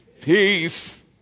peace